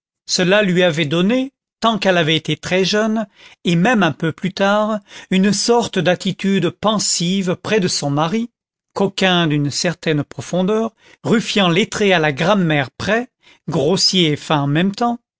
cela lui avait donné tant qu'elle avait été très jeune et même un peu plus tard une sorte d'attitude pensive près de son mari coquin d'une certaine profondeur ruffian lettré à la grammaire près grossier et fin en même temps